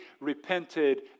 repented